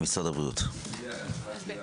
בבקשה.